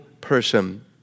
person